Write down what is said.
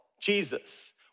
Jesus